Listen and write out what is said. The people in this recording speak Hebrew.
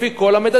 לפי כל המדדים.